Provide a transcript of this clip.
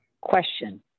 Question